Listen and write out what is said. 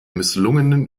misslungenen